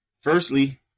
Firstly